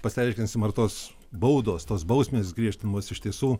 pasiaiškinsime ar tos baudos tos bausmės griežtinimas iš tiesų